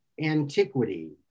antiquity